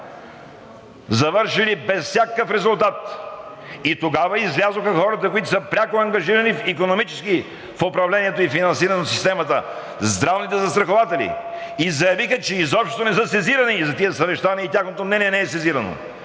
завършили без всякакъв резултат, и тогава излязоха хората, които са пряко ангажирани икономически в управлението и финансирането на системата – здравните застрахователи, и заявиха, че изобщо не са сезирани за тези съвещания и тяхното мнение не е сезирано.